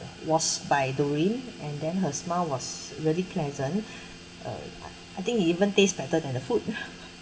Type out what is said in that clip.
was by doreen and then her smile was really pleasant uh I think it even taste better than the food